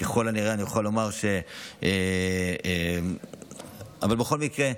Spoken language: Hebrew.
וככל הנראה אני אוכל לומר, אבל בכל מקרה,